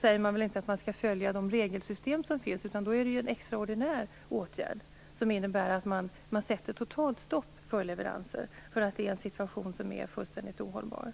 säger man väl inte att man skall följa de regelsystem som finns, utan då är det ju en extraordinär åtgärd som innebär att man sätter totalt stopp för leveranser därför att det är en situation som är fullständigt ohållbar.